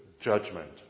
Judgment